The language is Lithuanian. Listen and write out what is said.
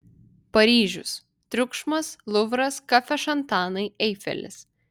paryžius triukšmas luvras kafešantanai eifelis